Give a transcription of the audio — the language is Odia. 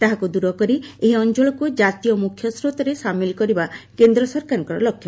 ତାହାକୁ ଦୂର କରି ଏହି ଅଞ୍ଚଳକୁ ଜାତୀୟ ମୁଖ୍ୟ ସ୍ରୋତରେ ସାମିଲ କରିବା କେନ୍ଦ୍ର ସରକାରଙ୍କ ଲକ୍ଷ୍ୟ